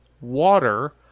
water